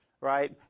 Right